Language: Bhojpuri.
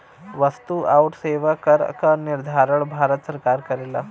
वस्तु आउर सेवा कर क निर्धारण भारत सरकार करेला